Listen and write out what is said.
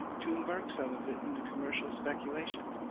to embark some of it in a commercial speculation.